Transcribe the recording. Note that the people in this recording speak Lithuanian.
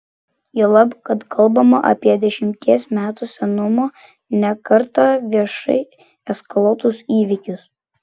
juolab kad kalbama apie dešimties metų senumo ne kartą viešai eskaluotus įvykius